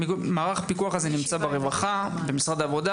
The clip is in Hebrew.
מערך הפיקוח הזה נמצא ברווחה, במשרד העבודה?